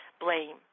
blame